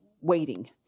waiting